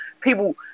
people